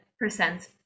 percent